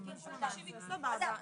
עמדתו או השתתפותו בתהליך,